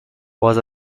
was